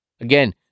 Again